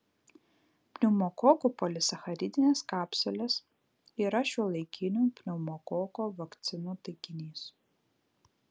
pneumokokų polisacharidinės kapsulės yra šiuolaikinių pneumokoko vakcinų taikinys